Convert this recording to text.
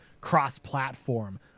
cross-platform